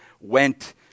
went